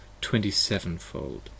twenty-sevenfold